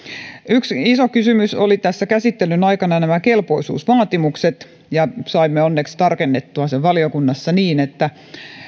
yksi iso kysymys olivat tässä käsittelyn aikana nämä kelpoisuusvaatimukset ja saimme onneksi tarkennettua ne valiokunnassa niin että